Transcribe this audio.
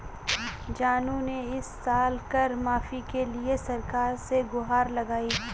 जानू ने इस साल कर माफी के लिए सरकार से गुहार लगाई